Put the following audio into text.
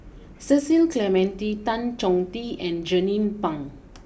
Cecil Clementi Tan Chong Tee and Jernnine Pang